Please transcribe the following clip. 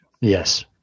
yes